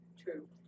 True